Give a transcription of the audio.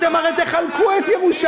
אתם הרי תחלקו את ירושלים.